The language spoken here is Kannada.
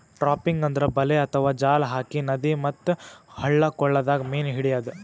ಟ್ರಾಪಿಂಗ್ ಅಂದ್ರ ಬಲೆ ಅಥವಾ ಜಾಲ್ ಹಾಕಿ ನದಿ ಮತ್ತ್ ಹಳ್ಳ ಕೊಳ್ಳದಾಗ್ ಮೀನ್ ಹಿಡ್ಯದ್